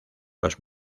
los